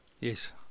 Yes